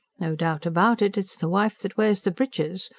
no doubt about it, it's the wife that wears the breeches,